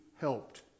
helped